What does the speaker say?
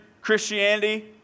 Christianity